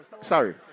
Sorry